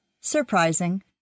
surprising